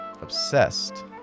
Obsessed